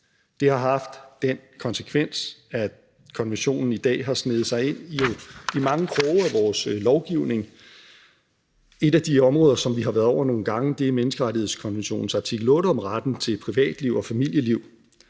Det har haft den konsekvens, at konventionen i dag har sneget sig ind i mange kroge af vores lovgivning. Et af de områder, som vi har været over nogle gange, er menneskerettighedskonventionens artikel 8 om retten til privatliv og familieliv.